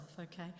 okay